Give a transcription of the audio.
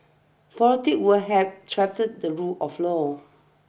politics will have trapped the rule of law